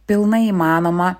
pilnai įmanoma